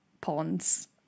ponds